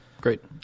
Great